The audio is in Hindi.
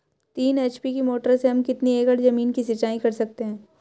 तीन एच.पी की मोटर से हम कितनी एकड़ ज़मीन की सिंचाई कर सकते हैं?